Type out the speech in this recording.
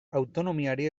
autonomiari